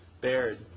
Baird